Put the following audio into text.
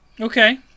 Okay